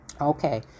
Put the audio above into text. Okay